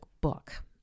book